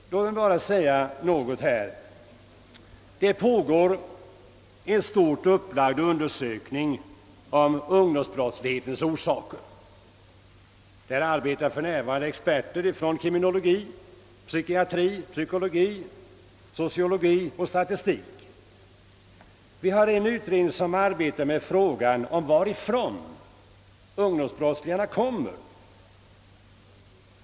Låt mig säga här att det nu pågår en stort upplagd undersökning om ungdomsbrottslighetens orsaker. Där arbetar för närvarande experter på kriminologi, psykiatri, psykologi, sociologi och statistik. Vi har en utredning som arbetar med frågan om varifrån ung domsbrottslingarna kommer.